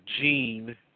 gene